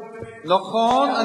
נכון,